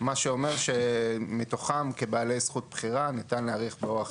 מה שאומר שמתוכם בעלי זכות בחירה ניתן להעריך באורך